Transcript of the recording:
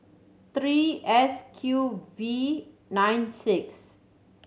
three S Q V nine six